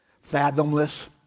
Fathomless